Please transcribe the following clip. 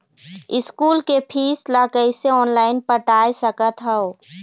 School के fees ला कैसे ऑनलाइन पटाए सकत हव?